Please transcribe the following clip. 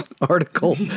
Article